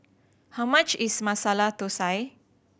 how much is Masala Thosai